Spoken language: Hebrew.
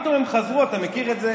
אתה מכיר את זה.